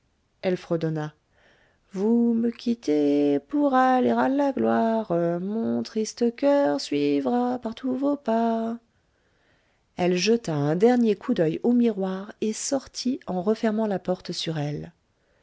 elle fredonna vous me quittez pour aller à la gloire mon triste coeur suivra partout vos pas elle jeta un dernier coup d'oeil au miroir et sortit en refermant la porte sur elle